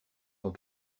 sont